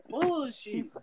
bullshit